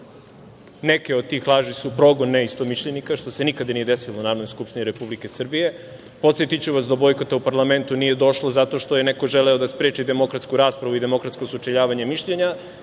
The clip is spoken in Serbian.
neke od tih laži su progon neistomišljenika, što se nikada nije desilo u Narodnoj skupštini Republike Srbije. Podsetiću vas, do bojkota u parlamentu nije došlo zato što je neko želeo da spreči demokratsku raspravu i demokratsko sučeljavanje mišljenja,